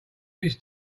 his